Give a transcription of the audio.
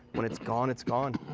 when it's gone it's gone.